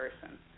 person